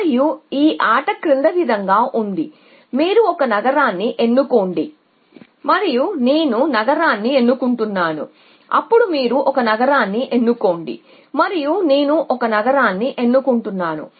మరియు ఈ ఆట క్రింది విధంగా ఉంది మీరు ఒక నగరాన్ని ఎన్నుకోండి మరియు నేను నగరాన్ని ఎన్నుకుంటాను అప్పుడు మీరు ఒక నగరాన్ని ఎన్నుకోండి మరియు నేను ఒక నగరాన్ని ఎన్నుకుంటాను